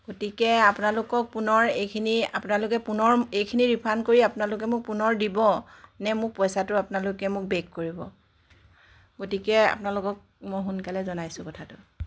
গতিকে আপোনালোকক পুনৰ এইখিনি আপোনালোকে পুনৰ এইখিনি ৰিফাণ্ড কৰি আপোনালোকে মোক পুনৰ দিব নে মোক পইচাটো আপোনালোকে মোক বেক কৰিব গতিকে আপোনালোকক মই সোনকালে জনাইছোঁ কথাটো